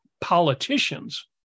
politicians